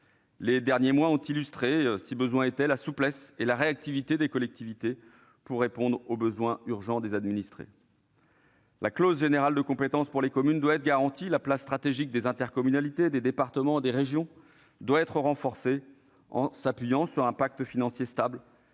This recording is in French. Les derniers mois ont illustré, si besoin était, la souplesse et la réactivité des collectivités pour répondre aux besoins urgents des administrés. La clause générale de compétence des communes doit être garantie et la place stratégique des intercommunalités, des départements et des régions doit être renforcée en s'appuyant sur un pacte financier stable,